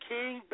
King